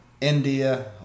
India